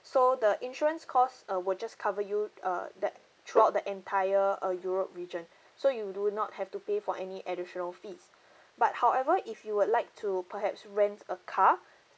so the insurance cost uh will just cover you uh that throughout the entire a europe region so you do not have to pay for any additional fees but however if you would like to perhaps rent a car